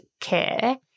care